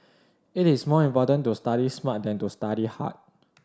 it is more important to study smart than to study hard